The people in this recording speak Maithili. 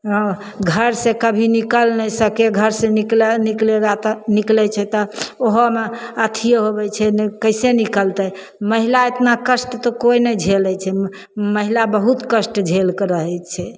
हँ घरसे कभी निकलि नहि सके घरसे निकलै निकलेगा तऽ निकलैत छै तऽ ओहोमे अथिए होबैत छै नहि कैसे निकलतै महिला इतना कष्ट तऽ केओ नहि झेलैत छै महिला बहुत कष्ट झेलके रहैत छै